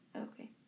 Okay